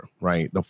right